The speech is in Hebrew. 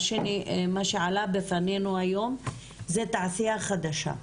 מה שעלה בפנינו היום זה תעשייה חדשה.